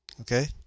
Okay